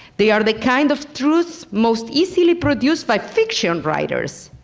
they are the kind of truths most easily produced by fiction writers.